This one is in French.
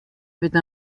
avaient